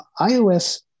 iOS